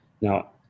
now